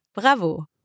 bravo